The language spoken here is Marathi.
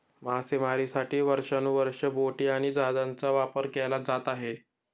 मासेमारीसाठी वर्षानुवर्षे बोटी आणि जहाजांचा वापर केला जात आहे